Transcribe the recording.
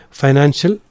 financial